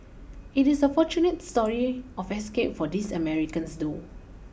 it is a fortunate story of escape for these Americans though